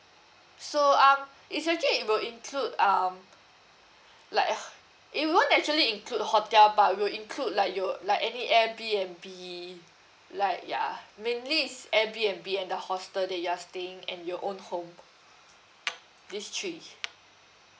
so um it's actually it will include um like it won't actually include hotel but it will include like your like any air B_N_B like ya mainly it's air B_N_B and the hostel that you are staying and your own home these three